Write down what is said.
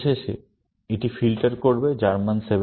অবশেষে এটি নোডটা ফিল্টার করবে যার মান 17